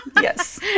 yes